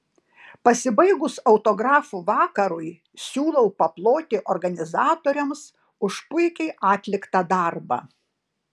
pasibaigus autografų vakarui siūlau paploti organizatoriams už puikiai atliktą darbą